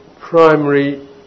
primary